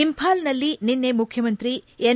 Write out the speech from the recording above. ಇಂಪಾಲ್ನಲ್ಲಿ ನಿನ್ನೆ ಮುಖ್ಯಮಂತ್ರಿ ಎನ್